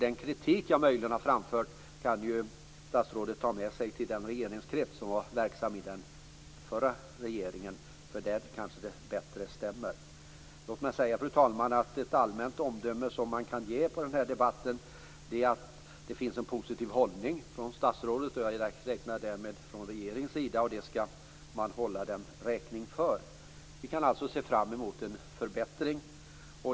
Den kritik som jag möjligen har framfört kan statsrådet ta med sig till den regeringskrets som var verksam i den förra regeringen. Där kanske det stämmer bättre. Fru talman! Ett allmänt omdöme man kan ge den här debatten är att det finns en positiv hållning från statsrådet, och jag räknar därmed med att den också finns från regeringens sida, och det får man hålla den räkning för. Vi kan alltså se fram emot en förbättring.